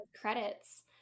credits